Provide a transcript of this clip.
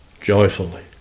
joyfully